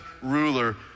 ruler